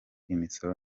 imisoro